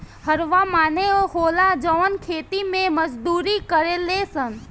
हरवाह माने होला जवन खेती मे मजदूरी करेले सन